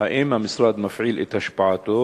האם המשרד מפעיל את השפעתו,